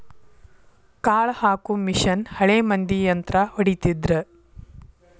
ಕಾಳ ಹಾಕು ಮಿಷನ್ ಹಳೆ ಮಂದಿ ಯಂತ್ರಾ ಹೊಡಿತಿದ್ರ